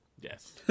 Yes